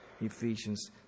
Ephesians